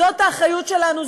זאת האחריות שלנו,